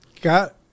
got